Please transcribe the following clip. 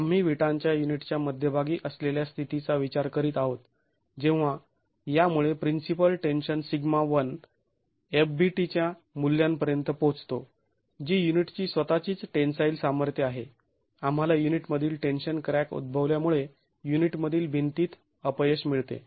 आम्ही विटांच्या युनिटच्या मध्यभागी असलेल्या स्थितीचा विचार करीत आहोत जेव्हा यामुळे principal tension sigma one fbt च्या मूल्यांपर्यंत पोहोचतो जी यूनिटची स्वतःचीच टेन्साईल सामर्थ्य आहे आम्हाला युनिटमधील टेन्शन क्रॅक उद्भवल्यामुळे युनिटमधील भिंतीत अपयश मिळते